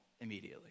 immediately